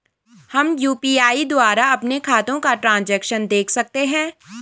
हम यु.पी.आई द्वारा अपने खातों का ट्रैन्ज़ैक्शन देख सकते हैं?